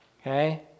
Okay